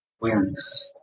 awareness